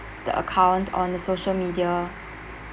the account on the social media